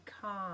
calm